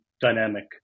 dynamic